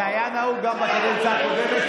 זה היה נהוג גם בקדנציה הקודמת.